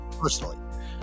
personally